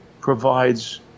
provides